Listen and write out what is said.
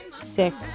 six